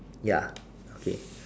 ya okay